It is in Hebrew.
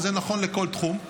וזה נכון לכל תחום.